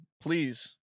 please